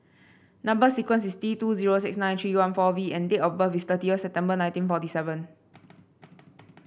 number sequence is T two zero six nine three one four V and date of birth is thirtieth September nineteen forty seven